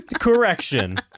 Correction